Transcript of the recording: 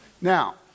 Now